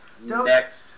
Next